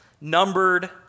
Numbered